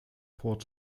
port